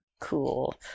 Cool